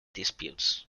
disputes